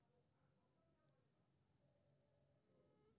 subsoiler मे तीन से चारिटा फाड़ होइ छै, जे एकटा फ्रेम सं जुड़ल रहै छै